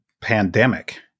pandemic